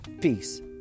peace